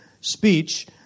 speech